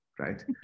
right